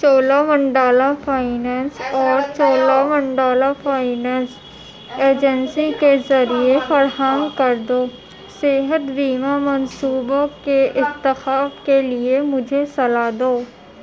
چولا Mandala finance اور Chola Mandala finance agency کے ذریعے فراہم کردہ صحت بیمہ منصوبوں کے انتخاب کے لیے مجھے صلاح دو